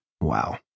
Wow